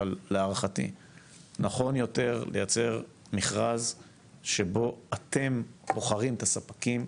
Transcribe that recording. אבל להערכתי נכון יותר לייצר מכרז שבו אתם בוחרים את הספקים,